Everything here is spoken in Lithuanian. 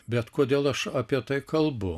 bet kodėl aš apie tai kalbu